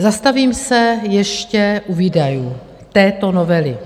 Zastavím se ještě u výdajů této novely.